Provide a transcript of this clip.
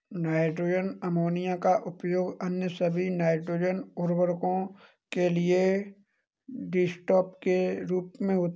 nitrogen ammonia का उपयोग अन्य सभी नाइट्रोजन उवर्रको के लिए फीडस्टॉक के रूप में होता है